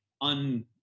un-